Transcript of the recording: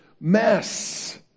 mess